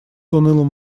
унылым